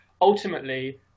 ultimately